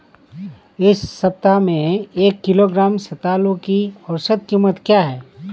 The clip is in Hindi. इस सप्ताह में एक किलोग्राम रतालू की औसत कीमत क्या है?